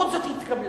ובכל זאת היא התקבלה.